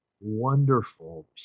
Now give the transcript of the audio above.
wonderful